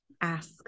Ask